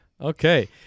Okay